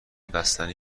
بستنی